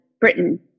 Britain